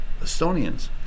Estonians